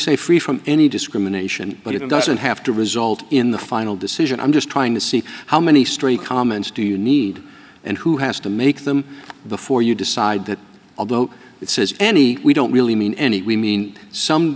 say free from any discrimination but it doesn't have to result in the final decision i'm just trying to see how many story comments do you need and who has to make them before you decide that although it says any we don't really mean any we mean some